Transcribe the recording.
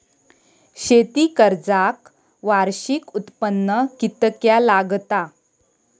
शेती कर्जाक वार्षिक उत्पन्न कितक्या लागता?